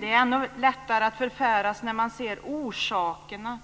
det är ännu lättare att förfäras när man ser orsakerna.